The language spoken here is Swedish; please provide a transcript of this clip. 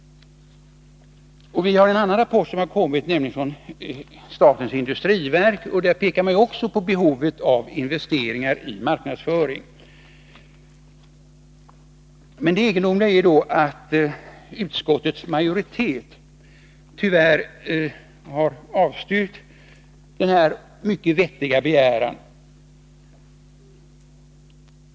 Även i en rapport från statens industriverk, SIND, pekar man på behovet av investeringar i marknadsföring. Men det egendomliga är att utskottets majoritet, tyvärr, har avstyrkt denna mycket vettiga begäran.